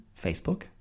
Facebook